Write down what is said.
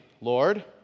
Lord